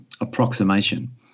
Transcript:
approximation